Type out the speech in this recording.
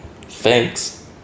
Thanks